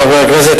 חברי הכנסת,